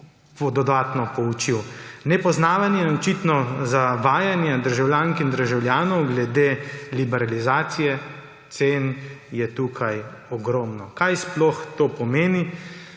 dodatno poučil. Nepoznavanje in očitno zavajanje državljank in državljanov glede liberalizacije cen je tukaj ogromno. Kaj to sploh pomeni?